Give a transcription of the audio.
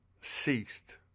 ceased